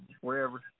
wherever